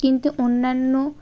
কিন্তু অন্যান্য